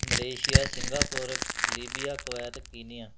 Malaysia Singapore Libya Kuwait Kenya